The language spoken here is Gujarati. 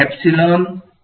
વિદ્યાર્થી અને